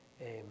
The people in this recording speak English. Amen